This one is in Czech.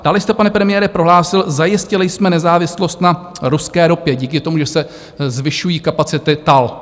Dále jste pane premiére, prohlásil zajistili jsme nezávislost na ruské ropě díky tomu, že se zvyšují kapacity TAL.